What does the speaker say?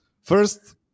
first